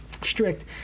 Strict